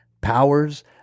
Powers